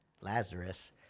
Lazarus